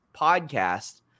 podcast